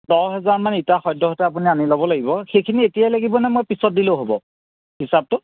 দহ হেজাৰমান ইটা সদ্যহতে আপুনি আনি ল'ব লাগিব সেইখিনি এতিয়াই লাগিব নে মই পিছত দিলেও হ'ব হিচাপটো